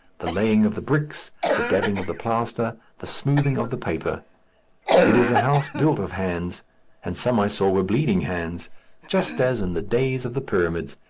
the laying of the bricks, the dabbing of the plaster, the smoothing of the paper it is a house built of hands and some i saw were bleeding hands just as in the days of the pyramids,